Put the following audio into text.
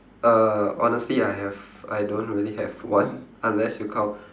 err honestly I have I don't really have one unless you count